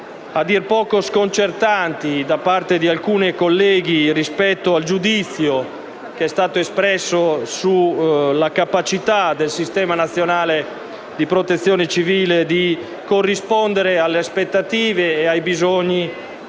a dir poco sconcertanti da parte di alcuni colleghi rispetto al giudizio espresso sulla capacità del sistema nazionale di protezione civile di corrispondere alle aspettative e ai bisogni